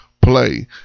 play